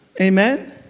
amen